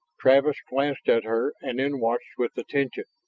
travis glanced at her and then watched with attention.